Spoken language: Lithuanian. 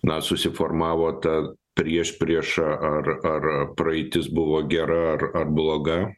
na susiformavo ta priešprieša ar ar praeitis buvo gera ar ar bloga